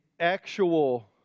actual